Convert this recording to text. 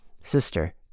Sister